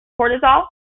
cortisol